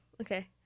Okay